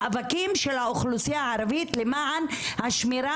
מאבקים של האוכלוסייה הערבית למען השמירה